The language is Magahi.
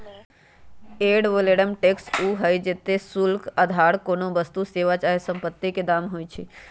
एड वैलोरम टैक्स उ हइ जेते शुल्क अधार कोनो वस्तु, सेवा चाहे सम्पति के दाम होइ छइ